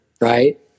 right